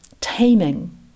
taming